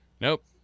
Nope